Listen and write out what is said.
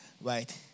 right